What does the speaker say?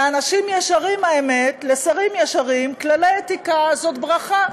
לאנשים ישרים, לשרים ישרים, כללי אתיקה הם ברכה.